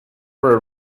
were